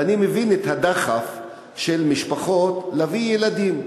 ואני מבין את הדחף של משפחות להביא ילדים.